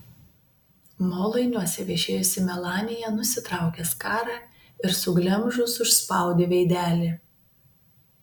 molainiuose viešėjusi melanija nusitraukė skarą ir suglemžus užspaudė veidelį